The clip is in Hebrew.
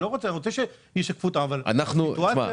הסעיף הזה